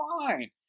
fine